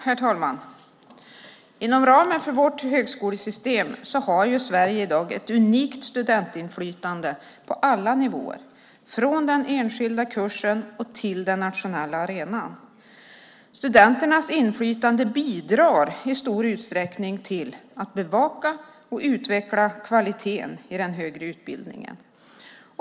Herr talman! Inom ramen för vårt högskolesystem har Sverige i dag ett unikt studentinflytande på alla nivåer, från den enskilda kursen till den nationella arenan. Studenternas inflytande bidrar i stor utsträckning till att bevaka och utveckla kvaliteten i den högre utbildningen.